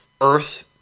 Earth